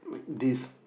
this